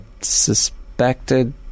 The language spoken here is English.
suspected